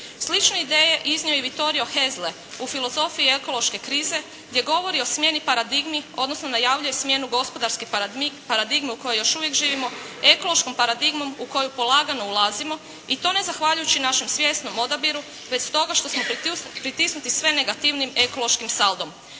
Slične ideje iznio je i Vittorio Hosle u Filozofiji ekološke krize gdje govori o smjeni paradigmi odnosno najavljuje smjenu gospodarske paradigme u kojoj još uvijek živimo ekološkom paradigmom u koju polagano ulazimo i to ne zahvaljujući našem svjesnom odabiru već stoga što smo pritisnuti sve negativnijim ekološkim saldom.